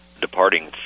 departing